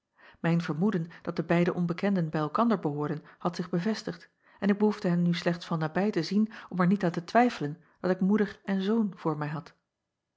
ijn vermoeden dat de beide onbekenden bij elkander behoorden had zich bevestigd en ik behoefde hen nu slechts van nabij te zien om er niet aan te twijfelen dat ik moeder en zoon voor mij had